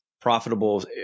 profitable